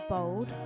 Bold